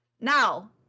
Now